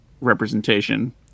representation